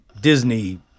Disney